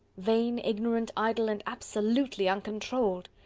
vain, ignorant, idle, and absolutely uncontrolled!